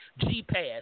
G-PASS